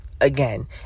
again